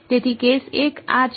તેથી કેસ 1 આ છે